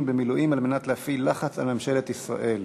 במילואים על מנת להפעיל לחץ על ממשלת ישראל,